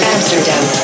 Amsterdam